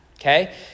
okay